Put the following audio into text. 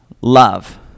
love